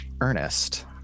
Ernest